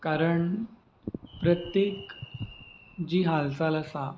कारण प्रत्येक जी हालचाल आसा